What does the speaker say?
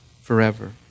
Forever